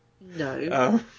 No